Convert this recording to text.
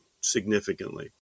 significantly